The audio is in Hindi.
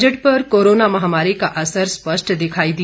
बजट पर कोरोना महामारी का असर स्पष्ट दिखाई दिया